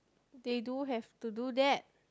they do have to do that